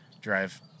drive